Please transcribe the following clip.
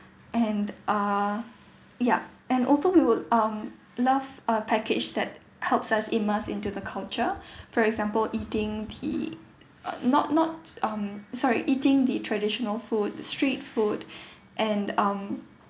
and err yup and also we will um love uh package that helps us immersed into the culture for example eating the not not um sorry eating the traditional food the street food and um